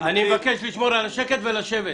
אני מבקש לשמור על השקט ולשבת.